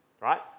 Right